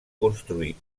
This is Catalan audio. construir